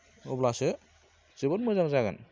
अब्लासो जोबोद मोजां जागोन